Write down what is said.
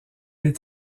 est